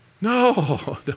No